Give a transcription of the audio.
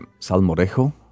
salmorejo